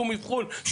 שום אבחון,